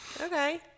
Okay